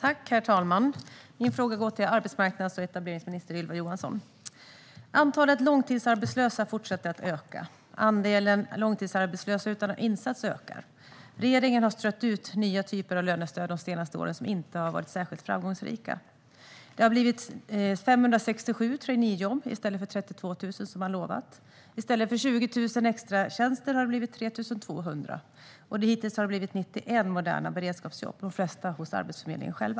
Herr talman! Min fråga går till arbetsmarknads och etableringsminister Ylva Johansson. Antalet långtidsarbetslösa fortsätter att öka. Andelen långtidsarbetslösa utan insats ökar. Regeringen har de senaste åren strött ut nya typer av lönestöd som inte har varit särskilt framgångsrika. Det har blivit 567 traineejobb i stället för 32 000, som man lovat. I stället för 20 000 extratjänster har det blivit 3 200. Och hittills har det blivit 91 moderna beredskapsjobb, de flesta hos Arbetsförmedlingen själv.